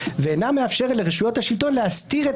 ואינה מאפשרת לרשויות השלטון להסתיר את